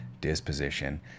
disposition